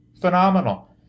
Phenomenal